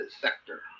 sector